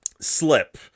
slip